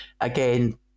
again